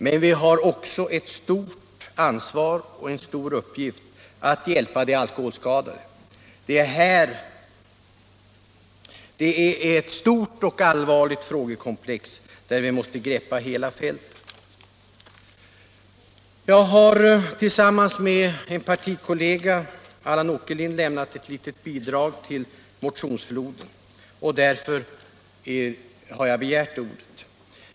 Men vi har också ett stort ansvar och en stor uppgift att hjälpa de alkoholskadade. Det är ett stort och allvarligt frågekomplex, där vi måste greppa hela fältet. Jag har tillsammans med min partikollega Allan Åkerlind lämnat ett litet bidrag till motionsfloden, och därför har jag begärt ordet.